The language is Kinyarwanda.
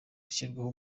gushyirwaho